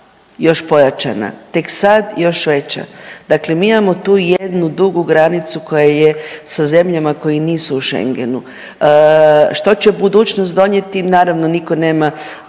još pojačana, tek sad još veća. Dakle, mi imamo tu jednu dugu granicu koja je sa zemljama koje nisu u Schengenu. Što će budućnost donijeti naravno niko nema